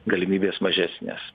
galimybės mažesnės